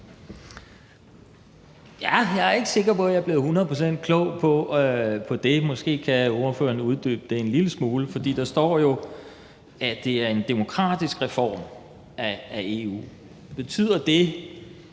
jeg er ikke sikker på, at jeg er blevet hundrede procent klog på det. Måske kan ordføreren uddybe det en lille smule, fordi der står jo, at det er en demokratisk reform af EU. Betyder det,